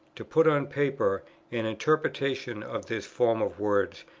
to put on paper an interpretation of this form of words,